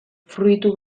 fruitu